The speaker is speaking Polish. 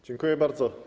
Dziękuję bardzo.